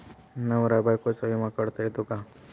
नवरा बायकोचा विमा काढता येतो का?